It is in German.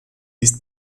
ist